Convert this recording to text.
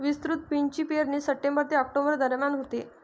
विस्तृत बीन्सची पेरणी सप्टेंबर ते ऑक्टोबर दरम्यान होते